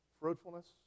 Fruitfulness